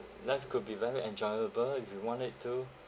life could be very enjoyable if you want it to